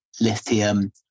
lithium